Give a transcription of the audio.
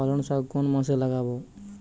পালংশাক কোন মাসে লাগাব?